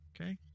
Okay